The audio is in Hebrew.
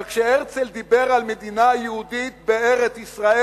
אבל כשהרצל דיבר על מדינה יהודית בארץ-ישראל,